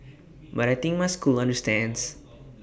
but I think my school understands